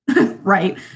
Right